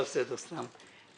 טוב, סתם.